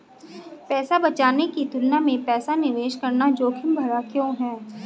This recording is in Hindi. पैसा बचाने की तुलना में पैसा निवेश करना जोखिम भरा क्यों है?